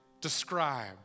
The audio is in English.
describe